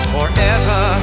Forever